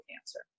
cancer